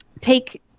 take